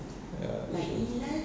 ya of course